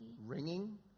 Ringing